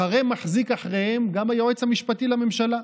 מחרה-מחזיק אחריהם גם היועץ המשפטי לממשלה,